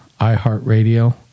iHeartRadio